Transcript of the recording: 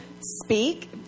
speak